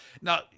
Now